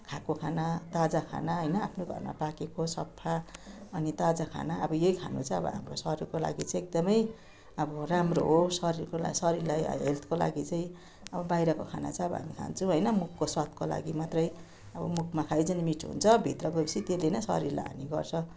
खाएको खाना ताजा खाना होइन आफ्नो घरमा पाकेको सफा अनि ताजा खाना अब यही खानु चाहिँ अब हाम्रो शरीरको लागि चाहिँ एकदमै अब राम्रो हो शरीरको ला शरीरलाई अब हेल्थको लागि चाहिँ अब बाहिरको खाना चाहिँ अब हामी खान्छौँ होइन मुखको स्वादको लागि मात्रै अब मुखमा खाइन्जली मिठो हुन्छ भित्र गएपछि त्यसले नै शरीरलाई हानी गर्छ